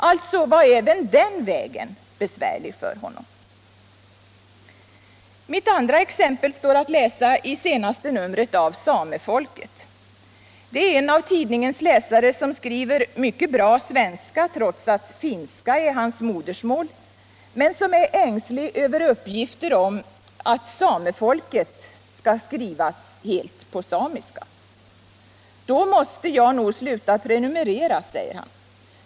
Alltså var även den vägen besvärlig för honom. Mitt andra exempel står att läsa i det senaste numret av Samefolket. Det är en av tidningens läsare, som skriver mycket bra svenska trots att finska är hans modersmål men som är ängslig över uppgifter han fått om att Samefolket skall skrivas helt på samiska. ”Då måste jag nog sluta prenumerera”, skriver han.